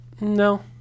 no